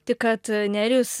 tik kad nerijus